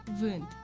wind